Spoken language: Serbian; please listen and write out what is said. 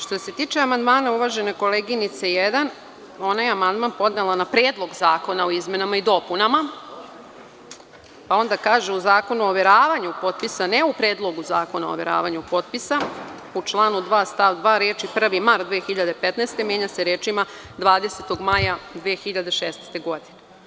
Što se tiče amandmana uvažene koleginice, ona je amandman podnela na Predlog zakona o izmenama i dopunama, onda kaže u zakonu overavanju potpisa, ne u Predlogu zakona o overavanju potpisa, u članu 2. stav 2. reči „1. mart 2015. godine“, menja se rečima „20. maja 2016. godine“